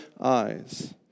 eyes